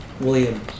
William